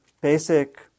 basic